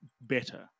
better